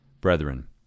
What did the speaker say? Brethren